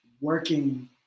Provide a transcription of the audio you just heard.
working